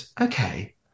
Okay